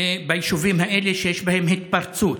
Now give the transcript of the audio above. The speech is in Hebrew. ביישובים האלה שיש בהם התפרצות.